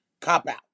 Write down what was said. cop-out